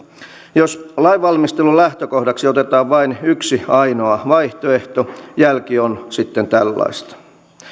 jos lainvalmistelun lähtökohdaksi otetaan vain yksi ainoa vaihtoehto jälki on sitten tällaista